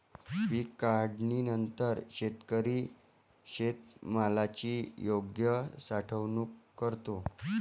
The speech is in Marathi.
पीक काढणीनंतर शेतकरी शेतमालाची योग्य साठवणूक करतो